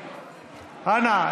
אנא,